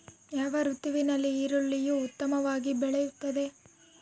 ಯಾವ ಋತುವಿನಲ್ಲಿ ಈರುಳ್ಳಿಯು ಉತ್ತಮವಾಗಿ ಬೆಳೆಯುತ್ತದೆ?